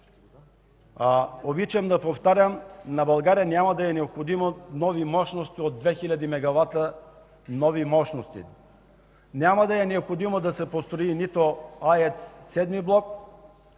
обичам да повтарям: на България няма да е необходима нова мощност от 2000 мегавата. Няма да е необходимо да се построи нито VІІ блок